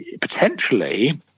potentially –